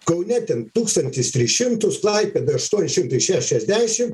kaune ten tūkstantis trys šimtus klaipėdoj aštuoni šimtai šešiasdešim